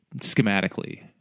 schematically